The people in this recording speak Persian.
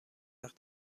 وقت